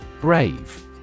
Brave